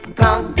come